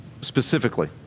specifically